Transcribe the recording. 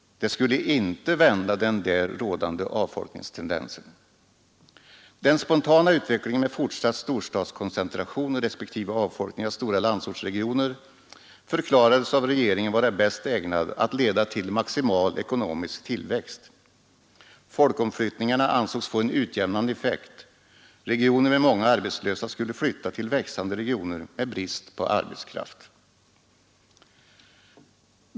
Det skulle inte vända den där rådande avfolkningstendensen. Den spontana utvecklingen med fortsatt storstadskoncentration respektive avfolkning av stora landsortsregioner förklarades av regeringen vara bäst ägnad att leda till maximal ekonomisk tillväxt. Folkomflyttningarna ansågs få en utjämnande effekt — regioner med många arbetslösa skulle flytta människor till växande regioner med brist på arbetskraft.